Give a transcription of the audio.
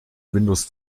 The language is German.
windows